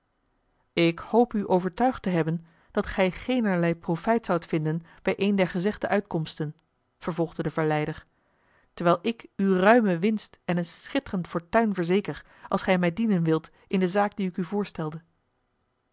ik hoop u overtuigd te hebben dat gij geenerlei profijt zoudt vinden bij een der gezegde uitkomsten vervolgde de verleider terwijl ik u ruime winst en een schitterend fortuin verzeker als gij mij dienen wilt in de zaak die ik u voorstelde